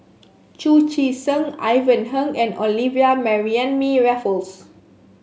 Chu Chee Seng Ivan Heng and Olivia Mariamne Raffles